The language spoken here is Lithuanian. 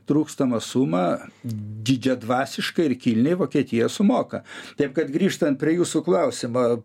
trūkstamą sumą didžiadvasiškai ir kilniai vokietija sumoka taip kad grįžtant prie jūsų klausimo